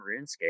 RuneScape